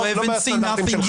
לא בסטנדרטים שלך.